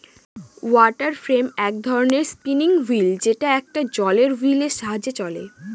water frame এক ধরনের spinning wheel যেটা একটা জলের হুইলের সাহায্যে চলে